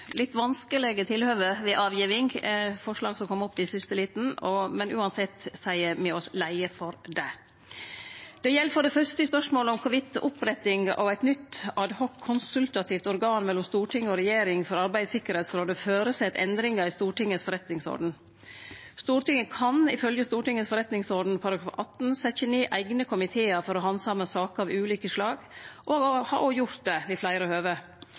litt vanskelege tilhøve ved avgiving, forslag som kom opp i siste liten, men uansett seier me oss leie for det. Det gjeld for det fyrste i spørsmålet om kor vidt oppretting av eit nytt ad hoc konsultativt organ mellom Stortinget og regjeringa for arbeid i Tryggingsrådet føreset endringar i Stortingets forretningsorden. Stortinget kan, ifølgje Stortingets forretningsorden § 18, setje ned eigne komitear for å handsame saker av ulike slag, og har òg gjort det ved fleire høve.